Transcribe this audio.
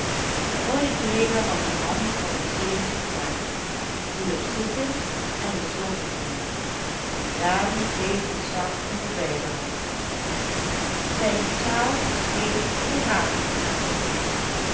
de oude collega was een man van een zeventig jaar die op zieken en gezonden gromde en daardoor veel ontzag onder beiden had zijn taal